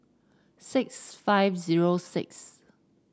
six five zero six